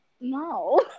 No